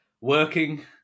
working